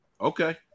Okay